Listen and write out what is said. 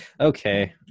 Okay